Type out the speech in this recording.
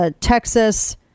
Texas